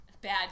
bad